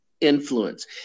influence